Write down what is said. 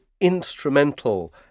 instrumental